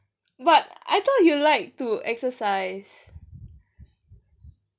but I thought you like to exercise